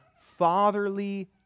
fatherly